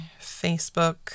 Facebook